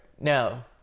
No